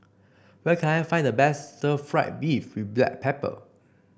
where can I find the best stir fry beef with Black Pepper